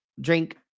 drink